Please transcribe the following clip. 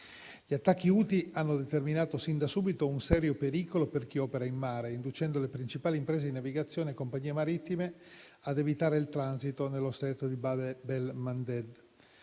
Gli attacchi Houthi hanno determinato sin da subito un serio pericolo per chi opera in mare, inducendo le principali imprese di navigazione e compagnie marittime a evitare il transito nello stretto di Bab el-Mandeb